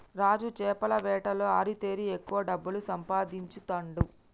రాజు చేపల వేటలో ఆరితేరి ఎక్కువ డబ్బులు సంపాదించుతాండు